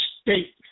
state